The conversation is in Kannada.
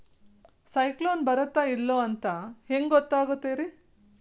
ಸೈಕ್ಲೋನ ಬರುತ್ತ ಇಲ್ಲೋ ಅಂತ ಹೆಂಗ್ ಗೊತ್ತಾಗುತ್ತ ರೇ?